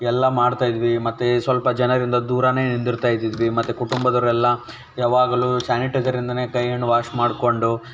ಎಲ್ಲ ಮಾಡ್ತಾಯಿದ್ವಿ ಮತ್ತೆ ಸ್ವಲ್ಪ ಜನರಿಂದ ದೂರವೇ ನಿಂದಿರ್ತಾ ಇದ್ವಿ ಮತ್ತು ಕುಟುಂಬದವರೆಲ್ಲ ಯಾವಾಗ್ಲು ಸ್ಯಾನಿಟೈಸರ್ ಇಂದಲೇ ಕೈಯನ್ನು ವಾಶ್ ಮಾಡಿಕೊಂಡು